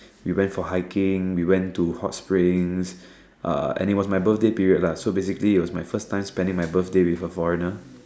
we went for hiking we went to hot springs uh and it was my birthday period lah so basically it was my first time spending my birthday with a foreigner